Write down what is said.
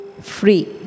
free